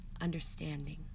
understanding